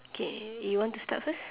okay you want to start first